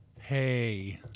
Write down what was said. Hey